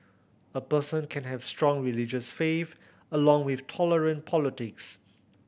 a person can have strong religious faith along with tolerant politics